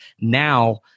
now